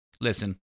Listen